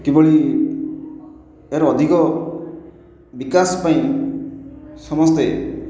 କିଭଳି ଏହାର ଅଧିକ ବିକାଶ ପାଇଁ ସମସ୍ତେ